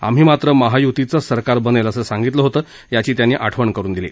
आम्ही मात्रं महायुतीचच सरकार बनेल असं सांगितलं होतं याची त्यांनी आठवण करुन दिली